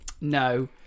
No